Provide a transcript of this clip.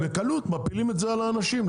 בקלות מפילים את זה על האנשים.